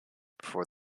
before